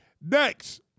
Next